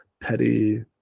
petty